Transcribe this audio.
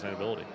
sustainability